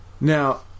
Now